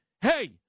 hey